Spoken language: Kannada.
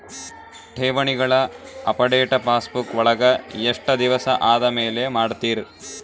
ಠೇವಣಿಗಳ ಅಪಡೆಟ ಪಾಸ್ಬುಕ್ ವಳಗ ಎಷ್ಟ ದಿವಸ ಆದಮೇಲೆ ಮಾಡ್ತಿರ್?